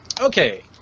okay